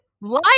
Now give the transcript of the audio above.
lie